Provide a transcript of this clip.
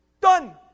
Done